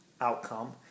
outcome